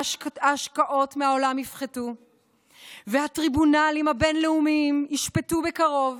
ההשקעות מהעולם יפחתו והטריבונלים הבין-לאומיים ישפטו בקרוב